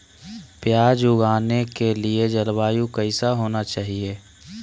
प्याज उगाने के लिए जलवायु कैसा होना चाहिए?